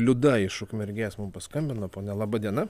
liuda iš ukmergės mum paskambino ponia laba diena